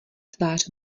tvář